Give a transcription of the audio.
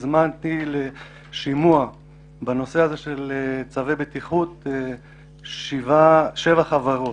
הזמנתי לשימוע בנושא הזה של צווי בטיחות שבע חברות.